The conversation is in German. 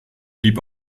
blieb